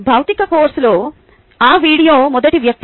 భౌతిక కోర్సులో ఆ వీడియో మొదటి వ్యక్తి